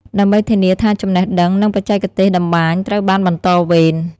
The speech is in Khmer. ដើម្បីធានាថាចំណេះដឹង និងបច្ចេកទេសតម្បាញត្រូវបានបន្តវេន។